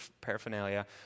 paraphernalia